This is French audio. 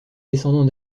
descendants